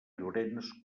llorenç